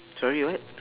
sorry what